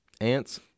Ants